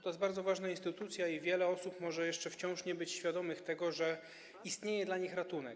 To jest bardzo ważna instytucja, a wiele osób może jeszcze wciąż nie być świadomych tego, że istnieje dla nich ratunek.